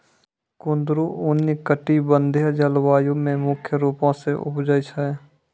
कुंदरु उष्णकटिबंधिय जलवायु मे मुख्य रूपो से उपजै छै